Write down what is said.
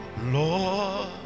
Lord